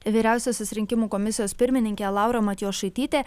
vyriausiosios rinkimų komisijos pirmininkė laura matjošaitytė